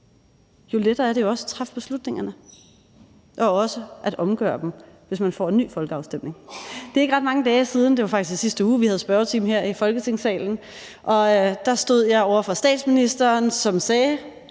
jo lettere er det jo også at træffe beslutningerne og også at omgøre dem, hvis man får en ny folkeafstemning. Det er ikke ret mange dage siden – det var faktisk i sidste uge – at vi havde spørgetime her i Folketingssalen, og der stod jeg over for statsministeren, som sagde